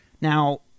Now